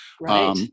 Right